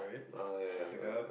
ah ya ya whatever